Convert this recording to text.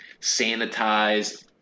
sanitized